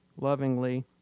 lovingly